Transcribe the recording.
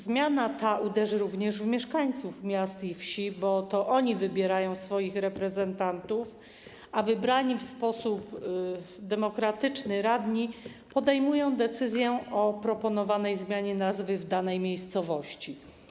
Zmiana ta uderzy również w mieszkańców miast i wsi, bo to oni wybierają swoich reprezentantów, a wybrani w sposób demokratyczny radni podejmują decyzję o proponowanej zmianie nazwy w danej miejscowości.